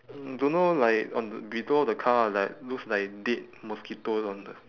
don't know like on the below the car like looks like dead mosquitoes on the